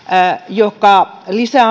joka lisää